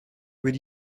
where